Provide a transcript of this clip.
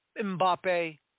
Mbappe